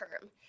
term